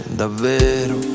davvero